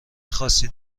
خاصی